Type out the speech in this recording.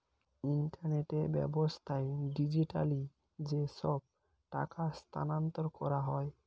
internet ব্যাবস্থায় digitally যেসব টাকা স্থানান্তর করা হয়